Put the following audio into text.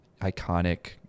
iconic